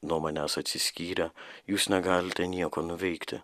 nuo manęs atsiskyrę jūs negalite nieko nuveikti